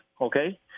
okay